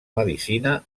medicina